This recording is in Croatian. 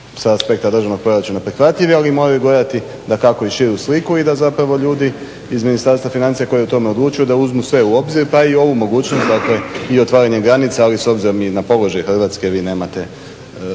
sa aspekta državnog proračuna prihvatljivi ali moraju gledati dakako i širu sliku i da zapravo ljudi iz ministarstva financija koji o tome odlučuju da uzmu sve u obzir pa i ovu mogućnost dakle i otvaranjem granica ali s obzirom i na položaj Hrvatske vi nemate